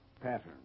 Pattern